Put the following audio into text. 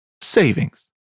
savings